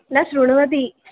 न शृणोति